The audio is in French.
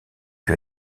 que